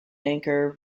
anchor